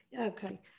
Okay